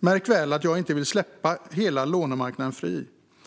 Märk väl att jag inte vill släppa hela lånemarknaden fri.